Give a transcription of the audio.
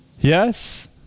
Yes